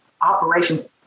operations